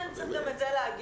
כן, צריך גם את זה להגיד.